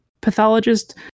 Pathologist